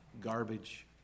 garbage